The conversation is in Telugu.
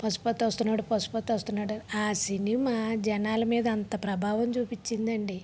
పశుపతొస్తున్నాడు పశుపతొస్తున్నాడు ఆ సినిమా జనాల మీద అంత ప్రభావం చూపించిందండి